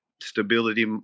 stability